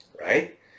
right